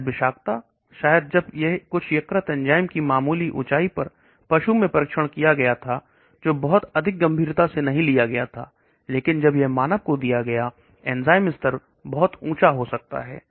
शायद विषाक्तता शायद जब यह कुछ यकृत एंजाइम की मामूली ऊंचाई पर पशु में परीक्षण किया गया था जो बहुत अधिक गंभीरता से नहीं लिया गया था लेकिन जब यह मानव को दिया गया था एंजाइम स्तर बहुत ऊंचा हो सकता है